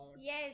yes